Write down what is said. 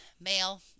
male